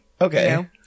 okay